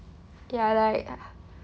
ya like